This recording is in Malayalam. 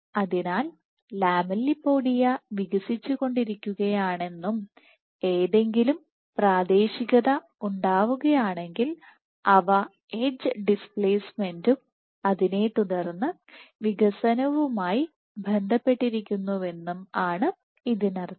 അതിനാൽ ലാമെല്ലിപോഡിയവികസിച്ചുകൊണ്ടിരിക്കുകയാണെന്നും ഏതെങ്കിലും പ്രാദേശിക ഉണ്ടാവുകയാണെങ്കിൽ അവ എഡ്ജ് ഡിസ്പ്ലേസ്മെന്റും അതിനെ തുടർന്ന് വികസനവുമായി ബന്ധപ്പെട്ടിരിക്കുന്നുവെന്നും ആണ് ഇതിനർത്ഥം